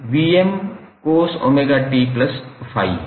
तो वह 𝑉𝑚cos𝜔𝑡∅ है